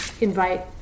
invite